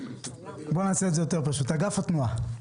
נמצא מאגף התנועה?